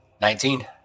Nineteen